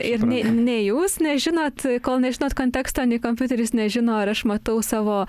ir nei nei jūs nežinot kol nežinot konteksto nei kompiuteris nežino ar aš matau savo